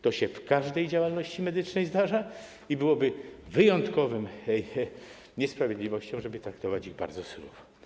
To się w każdej działalności medycznej zdarza i byłoby wyjątkową niesprawiedliwością, żeby traktować ich bardzo surowo.